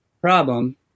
problem